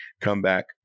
comeback